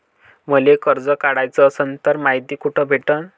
मले कर्ज काढाच असनं तर मायती कुठ भेटनं?